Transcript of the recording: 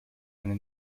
eine